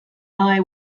eye